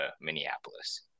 Minneapolis